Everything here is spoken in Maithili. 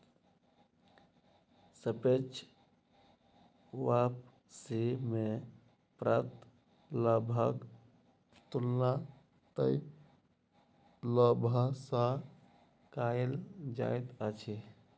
सापेक्ष वापसी में प्राप्त लाभक तुलना तय लाभ सॅ कएल जाइत अछि